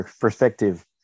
perspective